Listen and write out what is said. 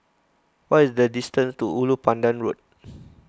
what is the distance to Ulu Pandan Road